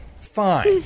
Fine